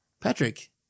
Patrick